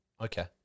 Okay